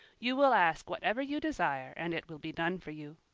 you will ask whatever you desire, and it will be done for you.